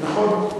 זה נכון.